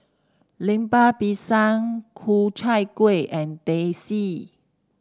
Lemper Pisang Ku Chai Kueh and Teh C